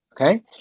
Okay